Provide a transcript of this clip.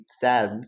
sad